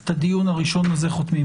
ואת הדיון הראשון הזה אנחנו חותמים.